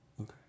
Okay